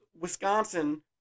Wisconsin